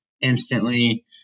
instantly